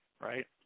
right